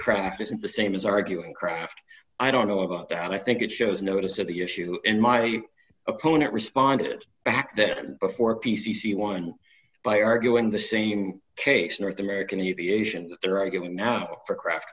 craft isn't the same as arguing craft i don't know about that and i think it shows notice that the issue in my opponent responded back then before p c c won by arguing the same case north american aviation that there are given out for craft